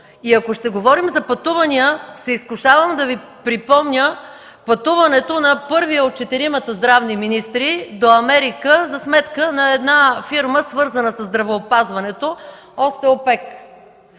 Ако ще говорим за пътувания, изкушавам се да Ви припомня пътуването на първия от четиримата здравни министри до Америка за сметка на една фирма, свързана със здравеопазването – „Остеотек”.